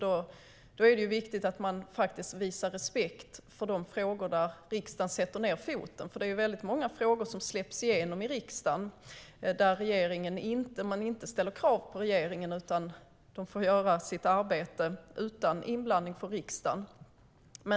Då är det viktigt att man faktiskt visar respekt för de frågor där riksdagen sätter ned foten. Det är nämligen också många frågor som släpps igenom i riksdagen utan att det ställs krav på regeringen, alltså där riksdagen utan inblandning låter regeringen göra sitt arbete.